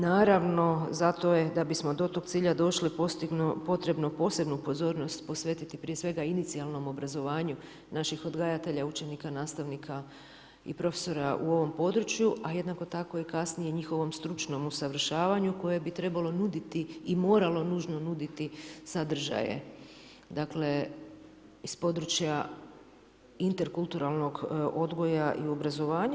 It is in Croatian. Naravno, zato je, da bismo do tog cilja došli potrebno posebnu pozornost posvetiti prije svega inicijalnom obrazovanju naših odgajatelja, učenika, nastavnika i profesora u ovom području, a jednako tako kasnije i njihovom stručnom usavršavanju koje bi trebalo nuditi i moralo nužno nuditi sadržaje, dakle iz područja interkulturalnog odgoja i obrazovanja.